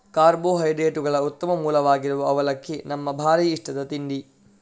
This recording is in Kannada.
ಕಾರ್ಬೋಹೈಡ್ರೇಟುಗಳ ಉತ್ತಮ ಮೂಲವಾಗಿರುವ ಅವಲಕ್ಕಿ ನಮ್ಮ ಭಾರೀ ಇಷ್ಟದ ತಿಂಡಿ